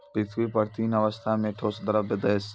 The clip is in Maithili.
पृथ्वी पर तीन अवस्था म ठोस, द्रव्य, गैस छै